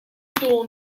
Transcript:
dawn